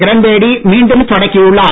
கிரண்பேடி மீண்டும் தொடக்கியுள்ளார்